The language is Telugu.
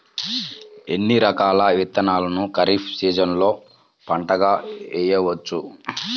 ఎన్ని రకాల విత్తనాలను ఖరీఫ్ సీజన్లో పంటగా వేయచ్చు?